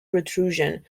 protrusion